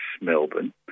Melbourne